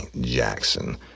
Jackson